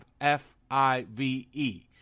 F-I-V-E